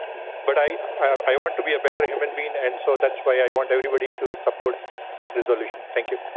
but i i want to be a better human being. and so that's why i want everybody to support this resolution. thank you.